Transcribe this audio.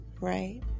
Right